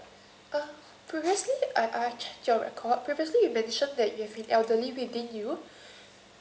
uh previously I I've checked your record previously you mentioned that you have an elderly within you